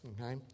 okay